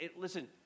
listen